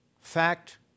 Fact